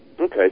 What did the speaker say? Okay